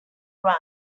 run